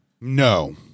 No